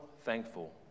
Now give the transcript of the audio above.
thankful